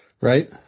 right